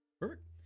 Perfect